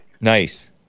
Nice